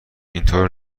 اینطور